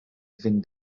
fynd